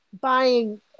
buying